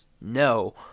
no